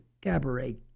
cabaret